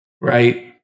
right